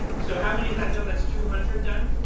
so how many is that done? that's two hundred done?